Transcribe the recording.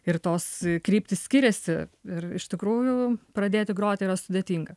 ir tos kryptys skiriasi ir iš tikrųjų pradėti groti yra sudėtinga